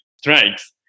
strikes